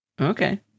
Okay